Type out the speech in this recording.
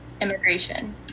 immigration